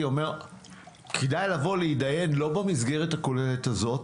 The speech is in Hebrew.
אומר כדאי לבוא להתדיין לא במסגרת הכוללת הזאת,